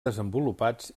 desenvolupats